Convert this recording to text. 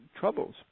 troubles